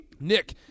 Nick